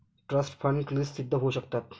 trust fund क्लिष्ट सिद्ध होऊ शकतात